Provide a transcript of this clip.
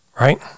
Right